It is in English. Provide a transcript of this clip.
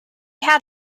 had